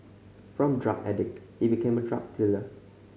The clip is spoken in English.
from drug addict he became a drug dealer